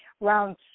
Round